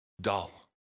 Dull